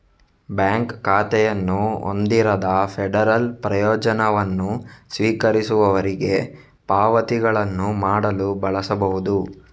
bank ಖಾತೆಯನ್ನು ಹೊಂದಿರದ federal ಪ್ರಯೋಜನವನ್ನು ಸ್ವೀಕರಿಸುವವರಿಗೆ ಪಾವತಿಗಳನ್ನು ಮಾಡಲು ಬಳಸಬಹುದು